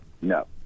no